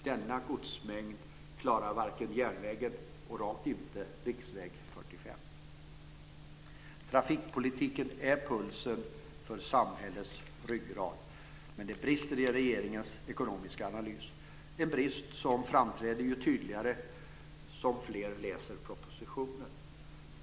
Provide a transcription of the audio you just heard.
Denna godsmängd klarar inte järnvägen och rakt inte riksväg 45. Trafikpolitiken är pulsen för samhällets ryggrad. Men det brister i regeringens ekonomiska analys. Det är en brist som framträder allt tydligare ju fler som läser propositionen.